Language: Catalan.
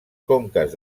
conques